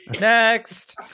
Next